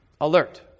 alert